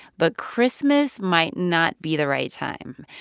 but christmas might not be the right time.